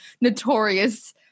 notorious